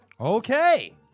Okay